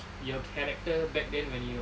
your character back then when you